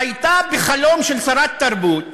חייתה בחלום של שרת תרבות,